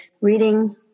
reading